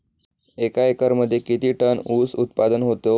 एका एकरमध्ये किती टन ऊस उत्पादन होतो?